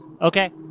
Okay